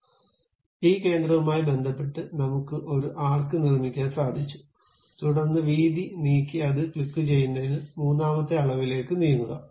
അതിനാൽ ഈ കേന്ദ്രവുമായി ബന്ധപ്പെട്ട് നമുക്ക് ഒരു ആർക്ക് നിർമ്മിക്കാൻ സാധിച്ചു തുടർന്ന് വീതി നീക്കി അത് ക്ലിക്കുചെയ്യുന്നതിന് മൂന്നാമത്തെ അളവിലേക്ക് നീങ്ങുക